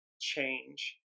change